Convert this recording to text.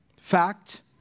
fact